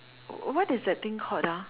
what what is that thing called ah